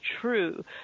true